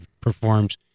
performs